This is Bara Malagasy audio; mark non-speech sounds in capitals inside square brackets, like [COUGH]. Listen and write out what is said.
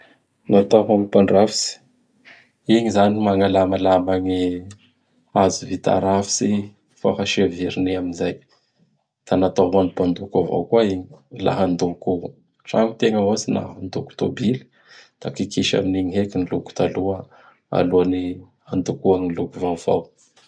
[NOISE] Natao ho an'ny Mpandrafitsy. Igny zany magnalamalama gny hazo vita rafitsy fa hasia verni am zay. [NOISE] Da natao aho an mpandoko avao koa igny. Laha handoko tragno tegna, ohatsy, na handoko tôbily; [NOISE] da kikisa amin'igny heky gny loko taloha, [NOISE] alohan'gny handokoa gny loko vaovao.